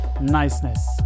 niceness